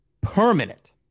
permanent